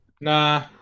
Nah